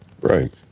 right